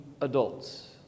adults